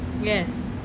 Yes